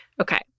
okay